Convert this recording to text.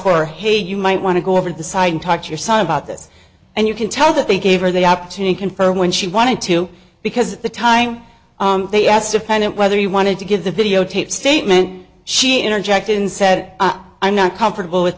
hey you might want to go over the side and talk to your son about this and you can tell that they gave her the opportunity confirm when she wanted to because the time they asked defendant whether he wanted to give the videotaped statement she interjected and said i'm not comfortable with